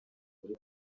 muri